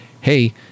hey